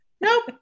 Nope